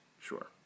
Sure